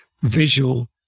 visual